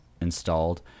installed